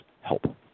help